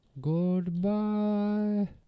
Goodbye